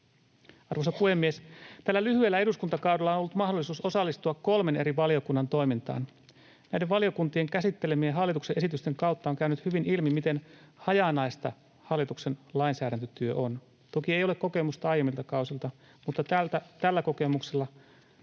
Arvoisa puhemies! Tällä lyhyellä eduskuntakaudellani minulla on ollut mahdollisuus osallistua kolmen eri valiokunnan toimintaan. Näiden valiokuntien käsittelemien hallituksen esitysten kautta on käynyt hyvin ilmi, miten hajanaista hallituksen lainsäädäntötyö on. Toki ei ole kokemusta aiemmilta kausilta, mutta tällä kokemuksella